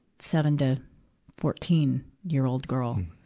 seven to fourteen year old girl.